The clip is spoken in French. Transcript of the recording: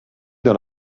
dans